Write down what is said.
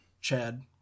chad